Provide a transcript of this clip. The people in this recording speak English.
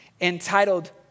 entitled